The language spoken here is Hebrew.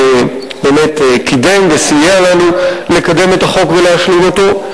שבאמת קידם וסייע לנו לקדם את החוק ולהשלים אותו.